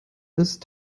ist